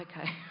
okay